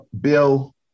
Bill